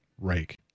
rake